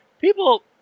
people